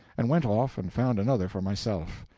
and went off and found another for myself.